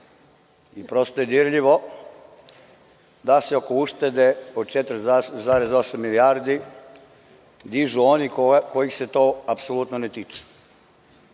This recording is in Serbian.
i prosto je dirljivo da se oko uštede od 4,8 milijardi dižu oni kojih se to apsolutno ne tiče.